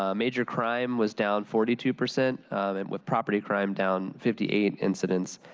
ah major crime was down forty two percent with property crime down fifty eight incidents.